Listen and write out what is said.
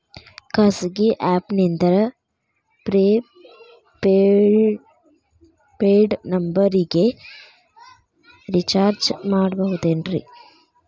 ಖಾಸಗಿ ಆ್ಯಪ್ ನಿಂದ prepaid ನಂಬರಿಗ ರೇಚಾರ್ಜ್ ಮಾಡಬಹುದೇನ್ರಿ?